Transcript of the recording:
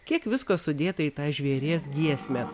kiek visko sudėta į tą žvėries giesmę